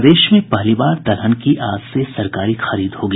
प्रदेश में पहली बार दलहन की आज से सरकारी खरीद होगी